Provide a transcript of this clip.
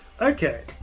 Okay